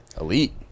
Elite